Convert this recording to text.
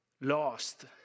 lost